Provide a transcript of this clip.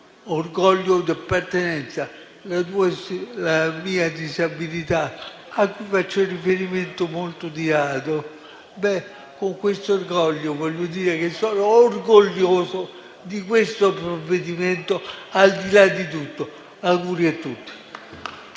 orgoglio di appartenenza la propria disabilità cui faccio riferimento molto di rado, e dire con questo orgoglio che sono orgoglioso di questo provvedimento, al di là di tutto. Auguri a tutti.